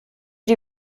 die